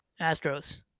Astros